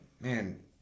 man